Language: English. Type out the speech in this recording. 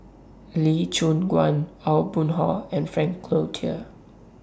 Lee Choon Guan Aw Boon Haw and Frank Cloutier